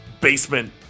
basement